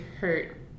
hurt